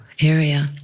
area